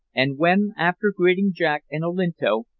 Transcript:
and when, after greeting jack and olinto,